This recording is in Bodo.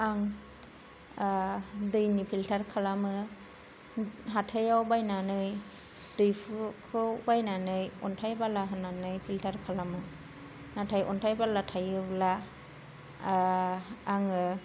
आं दैनि फिलतार खालामो हाथायाव बायनानै दैफुखौ बायनानै अन्थाइ बाला हानानै फिलतार खालामो नाथाय अन्थाइ बाला थायोब्ला आङो